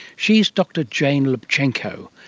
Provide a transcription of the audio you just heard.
she's dr jane lubchenco,